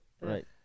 right